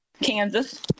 Kansas